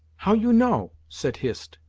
how you know? said hist,